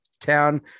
town